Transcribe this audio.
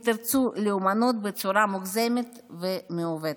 אם תרצו, לאומנות בצורה מוגזמת ומעוותת.